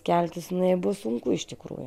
kelkis jinai bus sunku iš tikrųjų